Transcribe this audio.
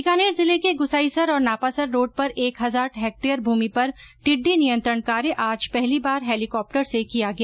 बीकानेर जिले के गुसाईसर और नापासर रोड़ पर एक हजार हैक्टेयर भूमि पर टिड्डी नियंत्रण कार्य आज पहली बार हैलीकॉप्टर से किया गया